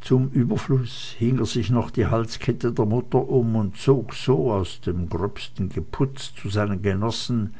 zum überfluß hing er sich noch die halskette der mutter um und zog so aus dem gröbsten geputzt zu seinen genossen